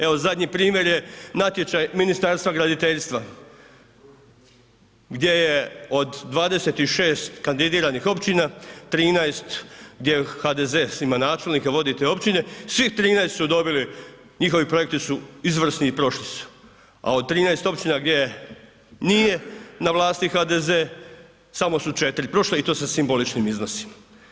Evo zadnji primjer je natječaj Ministarstva graditeljstva, gdje je od 26 kandidiranih općina, 13 gdje HDZ … [[Govornik se ne razumije]] načelnike vodi te općine, svih 13 su dobili, njihovi projekti su izvrsni i prošli su a od 13 općina gdje nije na vlasti HDZ-e samo su četiri prošla i to sa simboličnim iznosima.